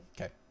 Okay